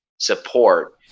Support